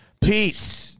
Peace